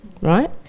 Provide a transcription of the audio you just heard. right